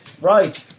Right